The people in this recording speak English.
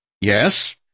Yes